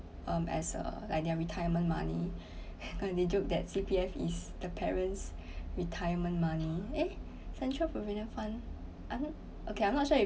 um as a like their retirement money cause they joke that C_P_F is the parents' retirement money eh central provident fund I'm okay I'm not sure if